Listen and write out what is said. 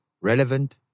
relevant